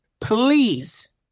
please